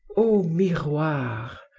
o miroir!